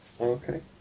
Okay